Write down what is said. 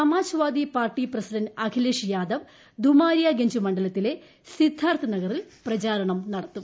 Samajwadi Party president Akhilesh Yadav Domariyaganj മണ്ഡലത്തിലെ സിദ്ധാർത്ഥ് നഗറിൽ പ്രചാരണം നടത്തും